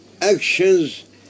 actions